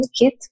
kit